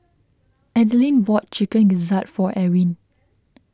Adline bought Chicken Gizzard for Ewin